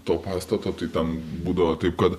to pastato tai ten būdavo taip kad